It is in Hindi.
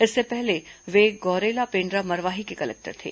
इसके पहले वे गौरेला पेण्ड्रा मरवाही के कलेक्टर थे